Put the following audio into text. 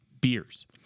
beers